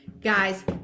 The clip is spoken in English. Guys